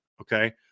okay